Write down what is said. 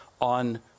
on